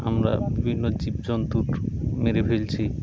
আমরা বিভিন্ন জীবজন্তুর মেরে ফেলছি